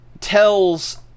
tells